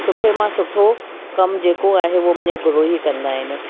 सुठे मां सुठो कमु जेको आहे हूअ मुंहिंजा गुरू ई कंदा आहिनि